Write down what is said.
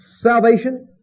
salvation